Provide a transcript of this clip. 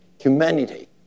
humanity